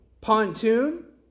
Pontoon